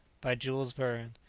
by jules verne.